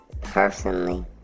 personally